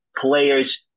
players